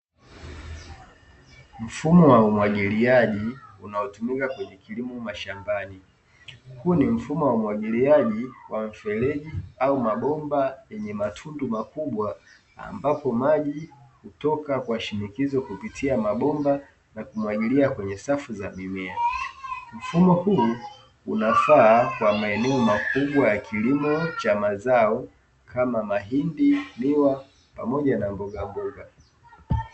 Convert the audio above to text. Mfumo wa umwagiliaji unaotumika kwenye kilimo mashambani. Huu ni mfumo wa umwagiliaji wa mfereji au mabomba yenye matundu makubwa ambapo maji hutoka kwa shinikizo kupitia mabomba na kumwagilia kwenye safu za mimea. Mfumo huu unafaa kwa maeneo makubwa ya kilimo cha mazao kama mahindi, miwa pamoja na mbogamboga.